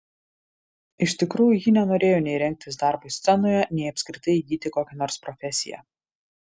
iš tikrųjų ji nenorėjo nei rengtis darbui scenoje nei apskritai įgyti kokią nors profesiją